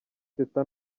teta